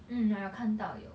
mm 我有看到有